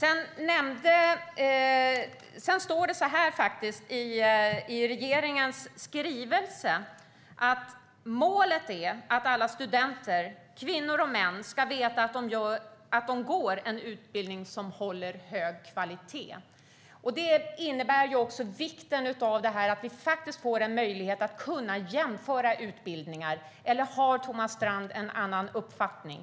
I regeringens skrivelse står det att målet är att alla studenter, kvinnor och män, ska veta att de går en utbildning som håller hög kvalitet. Det innebär också vikten av att vi får möjlighet att jämföra utbildningar. Har Thomas Strand en annan uppfattning?